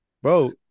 Bro